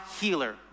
healer